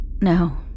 No